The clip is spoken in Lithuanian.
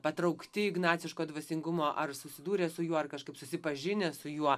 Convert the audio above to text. patraukti ignaciško dvasingumo ar susidūrę su juo ar kažkaip susipažinę su juo